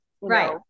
right